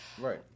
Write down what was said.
right